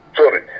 sorry